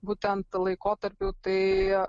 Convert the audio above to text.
būtent laikotarpiu tai